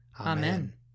Amen